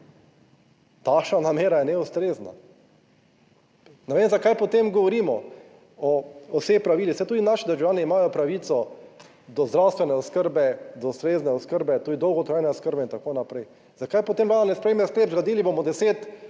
Takšna namera je neustrezna. Ne vem, zakaj potem govorimo o vseh pravilih, saj tudi naši državljani imajo pravico do zdravstvene oskrbe, do ustrezne oskrbe, tudi dolgotrajne oskrbe in tako naprej. Zakaj potem Vlada ne sprejme sklep, zgradili bomo deset